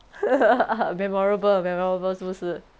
memorable memorable 是不是